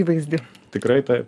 įvaizdį tikrai taip